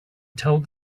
told